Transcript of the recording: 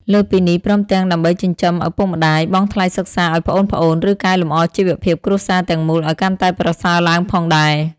លើសពីនេះ ព្រមទាំងដើម្បីចិញ្ចឹមឪពុកម្តាយ បង់ថ្លៃសិក្សាឱ្យប្អូនៗ ឬកែលម្អជីវភាពគ្រួសារទាំងមូលឱ្យកាន់តែប្រសើរឡើងផងដែរ។